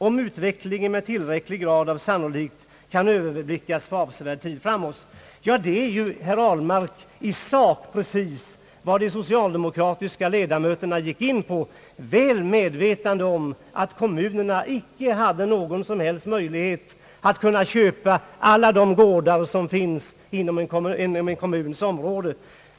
Om utvecklingen med tillräcklig grad av sannolikhet kan överblickas för avsevärd tid framåt, bör förköp kunna få ske även om det kommer att dröja lång tid innan ändringen i markens användning blir aktuell.» Det är, herr Ahlmark, i sak precis vad de socialdemokratiska ledamöterna gick in för, väl medvetna om att kommunerna icke har någon som helst möjlighet att köpa alla de gårdar som finns inom en kommuns område.